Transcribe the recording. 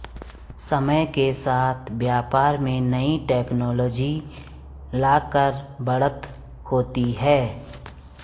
समय के साथ व्यापार में नई टेक्नोलॉजी लाकर बढ़त होती है